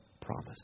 promise